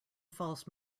false